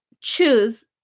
choose